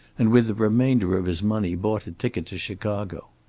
and with the remainder of his money bought a ticket to chicago.